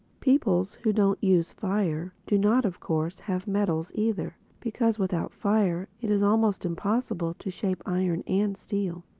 peoples who don't use fire do not of course have metals either because without fire it is almost impossible to shape iron and steel.